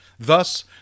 Thus